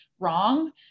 wrong